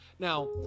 now